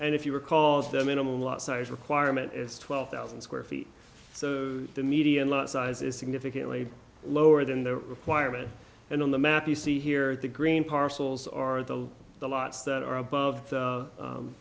and if you recall the minimum lot size requirement is twelve thousand square feet so the median lot size is significantly lower than the requirement and on the map you see here the green parcels are the the lots that are above